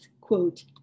quote